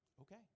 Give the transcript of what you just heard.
Okay